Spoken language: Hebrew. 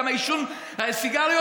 גם עישון סיגריות,